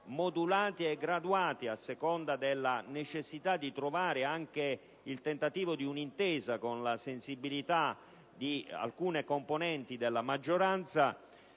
modulati e graduati a seconda della necessità di raggiungere un tentativo di intesa con la sensibilità di alcuni componenti della maggioranza,